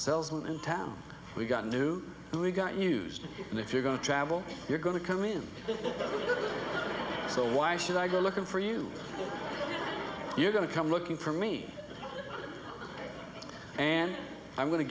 salesman in town we've got a new and we got used and if you're going to travel you're going to come in so why should i go looking for you you're going to come looking for me and i'm going to